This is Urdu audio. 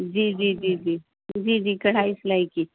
جی جی جی جی جی جی کڑھائی سلائی کی